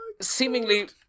seemingly